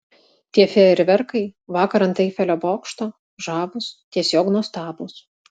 tie fejerverkai vakar ant eifelio bokšto žavūs tiesiog nuostabūs